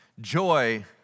Joy